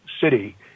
city